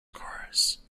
chorus